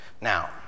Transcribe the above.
Now